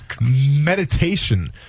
meditation